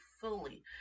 fully